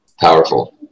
Powerful